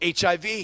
HIV